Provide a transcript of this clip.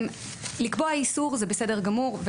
לקבוע איסור זה בסדר גמור.